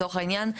לצורך העניין,